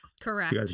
Correct